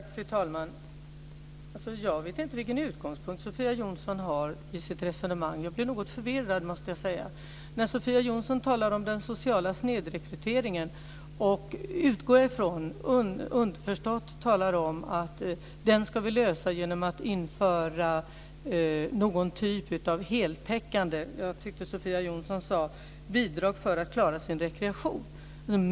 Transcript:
Fru talman! Jag vet inte vilken utgångspunkt Sofia Jonsson har i sitt resonemang. Jag blir något förvirrad. När Sofia Jonsson talar om den sociala snedrekryteringen utgår jag från att hon underförstått talar om att den ska lösas genom att införa någon typ av heltäckande, jag tyckte att Sofia Jonsson sade, bidrag för att klara sin rekreation.